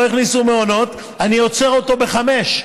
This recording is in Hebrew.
לא הכניסו מעונות, אני עוצר אותו בחמישה.